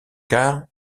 car